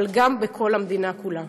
אבל גם בכל המדינה כולה.